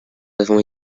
avons